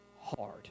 hard